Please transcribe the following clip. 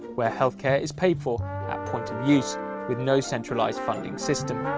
where health care is paid for at point of use with no centralized funding system.